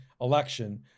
election